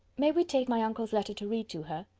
may we take my uncle's letter to read to her?